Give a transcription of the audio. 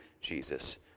Jesus